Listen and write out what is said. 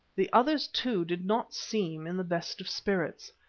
the others, too, did not seem in the best of spirits.